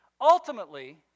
ultimately